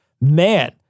man